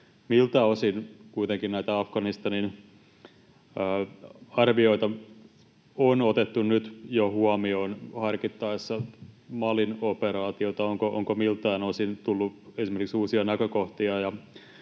näitä Afganistanin arvioita on otettu nyt jo huomioon harkittaessa Malin operaatiota? Onko miltään osin tullut esimerkiksi uusia näkökohtia?